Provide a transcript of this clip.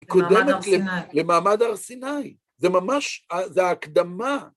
‫למעמד הר-סיני.למעמד הר-סיני. זה ממש, זו הקדמה.